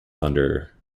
thunder